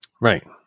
Right